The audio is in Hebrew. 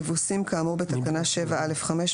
אבוסים כאמור בתקנה 7(א)(5),